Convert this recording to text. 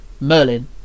merlin